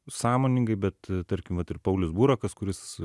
sąmoningai bet tarkim vat ir paulius burakas kuris